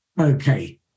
Okay